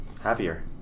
Happier